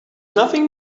nothing